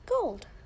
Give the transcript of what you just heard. gold